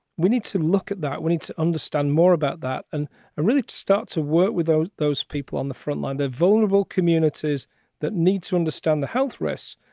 we need to look at that. we need to understand more about that and really start to work with those those people on the front line, the vulnerable communities that need to understand the health risks.